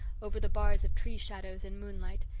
over the bars of tree shadows and moonlight,